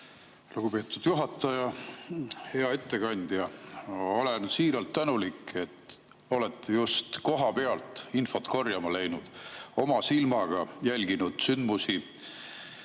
Lugupeetud juhataja! Hea ettekandja! Olen siiralt tänulik, et olete [käinud] just kohapealt infot korjamas, oma silmaga jälginud sündmusi.